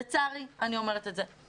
אני אומרת את זה לצערי.